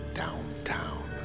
downtown